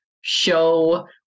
show